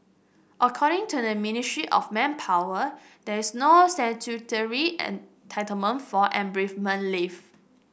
according to the Ministry of Manpower there is no statutory entitlement for an bereavement leave